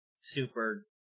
super